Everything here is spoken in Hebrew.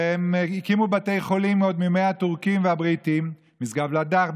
והם הקימו בתי חולים עוד מימי הטורקים והבריטים: משגב לדך,